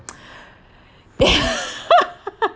ya